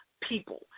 people